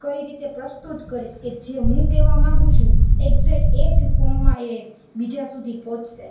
કઈ રીતે પ્રસ્તુત કરીશ કે જે હું કહેવા માંગુ છું એક્ઝેટ એ જ ફોમમાં એ બીજા સુધી પહોંચશે